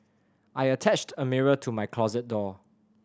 I attached a mirror to my closet door